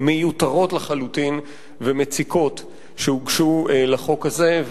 מיותרות לחלוטין ומציקות שהוגשו לחוק הזה,